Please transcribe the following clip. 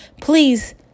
please